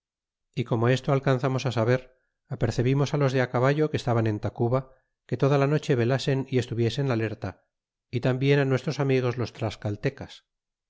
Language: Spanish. y como esto alcanzamos á saber apercebirnos los de caballo que estaban en tacuba que toda la noche velasen y estuviesen alerta y tambien á nuestros amigos los